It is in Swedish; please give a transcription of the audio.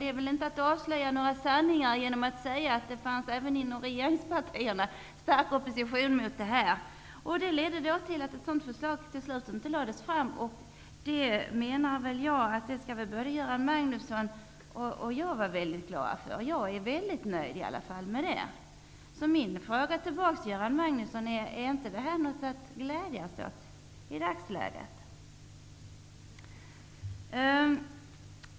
Det är inte att avslöja några sanningar att säga att det även inom regeringspartierna fanns stark opposition mot förslaget. Det ledde fram till att förslaget till slut aldrig lades fram. Det borde Göran Magnusson och jag vara väldigt glada över. Jag är väldigt nöjd med det. Min fråga till Göran Magnusson blir: Är inte det här någonting att glädjas åt i dagsläget?